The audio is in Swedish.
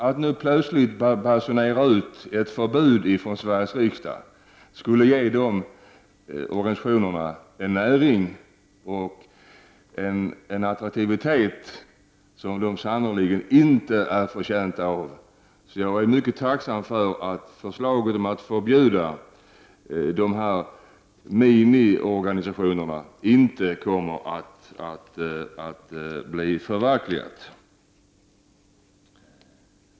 Att nu plötsligt basunera ut ett förbud från Sveriges riksdag skulle ge organisationerna en näring och en attraktivitet som de sannerligen inte är förtjänta av. Jag är mycket tacksam för att förslaget om att förbjuda dessa miniorganisationer inte kommer att bli förverkligat.